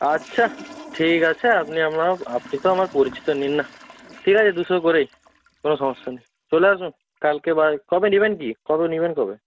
আচ্ছা ঠিক আছে আপনি আমার আপনি তো আমার পরিচিত নিন না ঠিক আছে দুশো করেই কোনও সমস্যা নেই চলে আসুন কালকে বা কবে নেবেন কী কবে নেবেন কবে